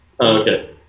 Okay